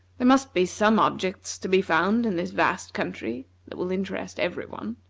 there must be some objects to be found in this vast country that will interest every one.